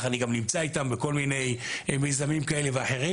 אני גם נמצא איתם במיזמים כאלה ואחרים,